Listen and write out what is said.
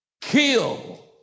kill